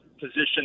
position